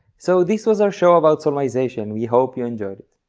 so this was our show about solmization, we hope you enjoyed it!